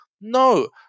No